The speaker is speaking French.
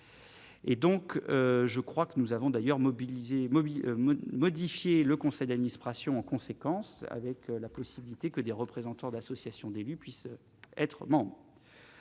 et donc je crois que nous avons d'ailleurs mobilisés mobile modifiée, le conseil d'administration en conséquence avec la possibilité que des représentants d'associations d'élus puissent être monde.